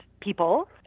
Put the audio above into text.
people